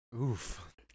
Oof